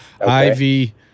Ivy